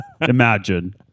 Imagine